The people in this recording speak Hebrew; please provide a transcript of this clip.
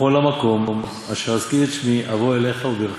'בכל המקום אשר אזכיר את שמי אבוא אליך וברכתיך'.